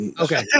Okay